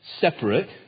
separate